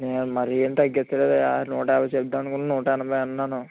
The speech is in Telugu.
ఇవాళ మరీ ఏం తగ్గించలేదయ్యా నూట యాభై చెప్దామనుకుని నూట ఎనభై అన్నాను